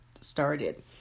started